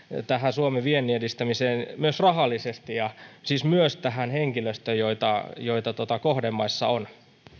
suomen viennin edistämiseen myös rahallisesti siis myös henkilöstöön jota kohdemaissa on